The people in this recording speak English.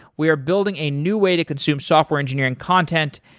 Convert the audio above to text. we are building a new way to consume software engineering content.